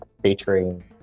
featuring